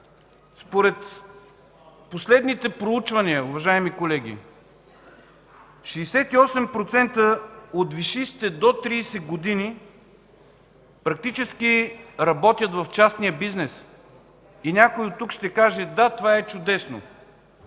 Според последните проучвания, уважаеми колеги, 68% от висшистите до 30 години практически работят в частния бизнес. Някой от тук ще каже: „Да, това е чудесно”.